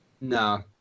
No